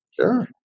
Sure